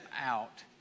out